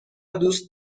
دوست